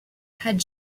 had